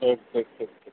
ଠିକ୍ ଠିକ୍ ଠିକ୍